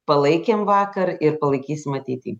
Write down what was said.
palaikėm vakar ir palaikysim ateity